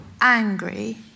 angry